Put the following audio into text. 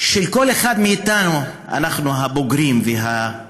של כל אחד מאיתנו, אנחנו הבוגרים והגדולים.